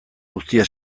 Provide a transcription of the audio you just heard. guztia